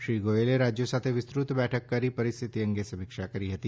શ્રી ગોયલે રાજ્યો સાથે વિસ્તૃત બેઠક કરી પરિસ્થિતિ અંગે સમીક્ષા કરી હતી